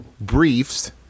briefs